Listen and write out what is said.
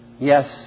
yes